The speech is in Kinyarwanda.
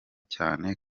cyane